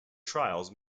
trials